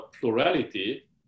plurality